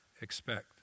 expect